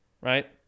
Right